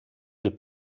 del